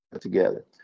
together